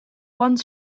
one